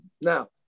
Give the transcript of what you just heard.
Now